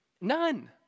None